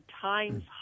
times